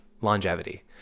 longevity